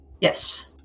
Yes